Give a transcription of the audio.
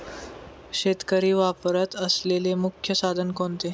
शेतकरी वापरत असलेले मुख्य साधन कोणते?